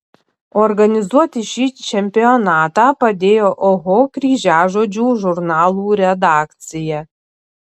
organizuoti šį čempionatą padėjo oho kryžiažodžių žurnalų redakcija